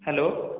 hello